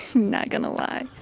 not going to lie.